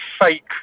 fake